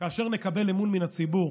כאשר נקבל אמון מן הציבור.